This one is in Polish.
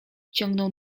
ciągnął